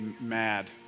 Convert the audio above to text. mad